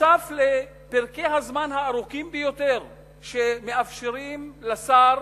נוסף על פרקי הזמן הארוכים ביותר שמאפשרים לשר